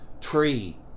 tree